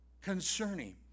concerning